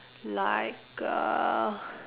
like uh